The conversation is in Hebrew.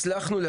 אנחנו הצלחנו,